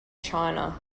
china